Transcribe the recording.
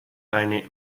eine